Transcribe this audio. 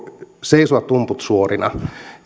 seisoa tumput suorina